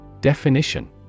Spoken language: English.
Definition